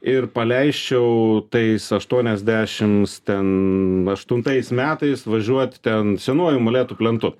ir paleisčiau tais aštuoniasdešims ten aštuntais metais važiuot ten senuoju molėtų plentu